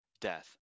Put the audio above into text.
Death